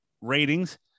ratings